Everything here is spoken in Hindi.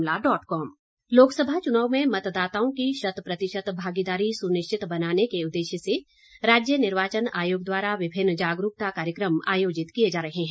चुनाव जागरूकता लोकसभा चुनाव में मतदाताओं की शत प्रतिशत भागीदारी सुनिश्चित बनाने के उद्देश्य से राज्य निर्वाचन आयोग द्वारा विभिन्न जागरूकता कार्यक्रम आयोजित किए जा रहे हैं